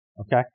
okay